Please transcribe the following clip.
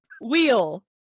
wheel